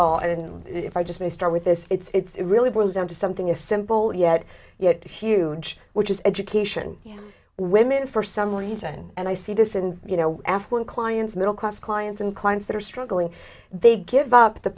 all and if i just may start with this it's really boils down to something a simple yet huge which is education women for some reason and i see this in you know affluent clients middle class clients and clients that are struggling they give up the